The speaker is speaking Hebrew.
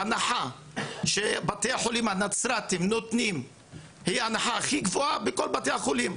שההנחה שבתי החולים הנצרתים נותנים היא ההנחה הכי גבוהה מכל בתי חולים,